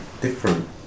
different